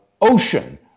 ocean